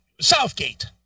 Southgate